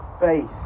Faith